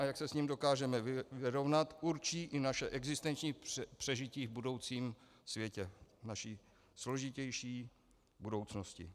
A jak se s ním dokážeme vyrovnat, určí i naše existenční přežití v budoucím světě, v naší složitější budoucnosti.